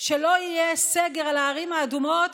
שלא יהיה סגר על הערים האדומות,